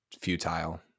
futile